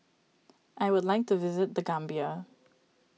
I would like to visit the Gambia